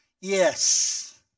Yes